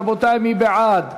מי בעד?